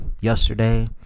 Yesterday